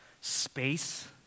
space